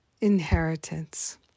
inheritance